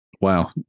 Wow